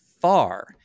far